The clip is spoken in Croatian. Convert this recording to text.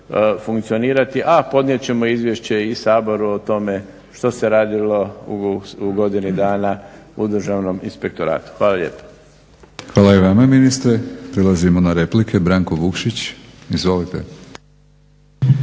funkcionirati, a podnijet ćemo izvješće i Saboru o tome što se radilo u godini dana u Državnom inspektoratu. Hvala lijepo. **Batinić, Milorad (HNS)** Hvala i vama ministre. Prelazimo na replike. Branko Vukšić, izvolite.